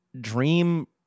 dream